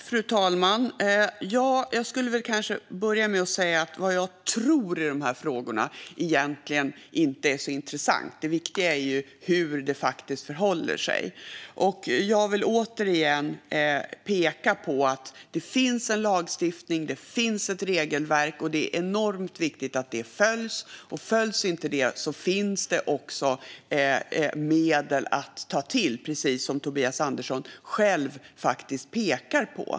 Fru talman! Jag skulle säga att vad jag tror i de här frågorna egentligen inte är så intressant. Det viktiga är ju hur det faktiskt förhåller sig. Jag vill återigen peka på att det finns lagstiftning och regelverk och att det är enormt viktigt att de följs. Följs de inte finns det medel att ta till, precis som Tobias Andersson själv pekar på.